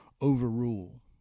overrule